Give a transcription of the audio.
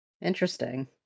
Interesting